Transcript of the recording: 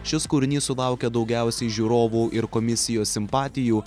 šis kūrinys sulaukė daugiausiai žiūrovų ir komisijos simpatijų